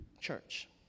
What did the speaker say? church